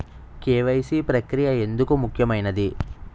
KYC ప్రక్రియ ఎందుకు ముఖ్యమైనది?